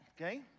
okay